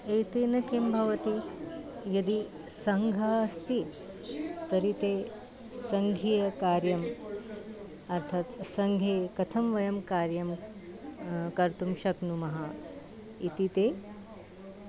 एतेन किं भवति यदि सङ्घः अस्ति तर्हि ते सङ्घीयकार्यम् अर्थात् सङ्घे कथं वयं कार्यं कर्तुं शक्नुमः इति ते